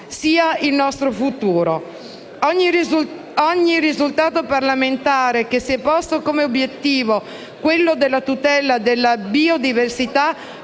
sia il nostro futuro. Ogni risultato parlamentare che si sia posto come obiettivo la tutela della biodiversità